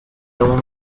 yellow